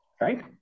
Right